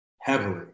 heavily